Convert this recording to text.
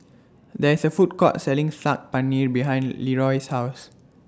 There IS A Food Court Selling Saag Paneer behind Leeroy's House